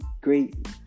great